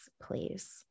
please